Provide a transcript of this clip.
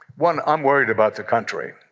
one, i'm worried about the country.